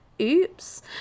oops